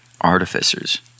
artificers